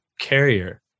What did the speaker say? carrier